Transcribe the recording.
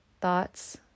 thoughts